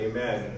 Amen